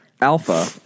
Alpha